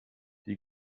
die